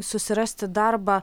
susirasti darbą